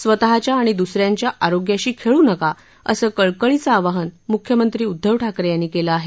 स्वतःच्या आणि द्दसऱ्यांच्या आरोग्याशी खेळू नका असं कळकळीचं आवाहन म्ख्यमंत्री उद्धव ठाकरे यांनी केलं आहे